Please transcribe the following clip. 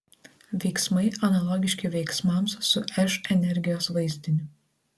veiksmai analogiški veiksmams su š energijos vaizdiniu